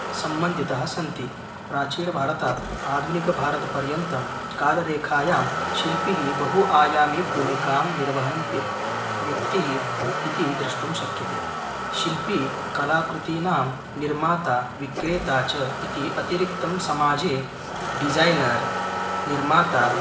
सम्बन्धिताः सन्ति प्राचीनभारतात् आधुनिकभारतपर्यन्तं कालरेखायां शिल्पी बहु आयामे भूमिकां निर्वहन् व्यक् व्यक्तिः इति द्रष्टुं शक्यते शिल्पी कलाकृतीनां निर्माता विक्रेता च इति अतिरिक्तं समाजे डिज़ैनर् निर्माता